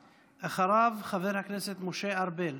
אחריו, חבר הכנסת משה ארבל.